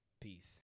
Peace